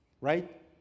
Right